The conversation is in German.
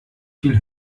viel